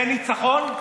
זה ניצחון?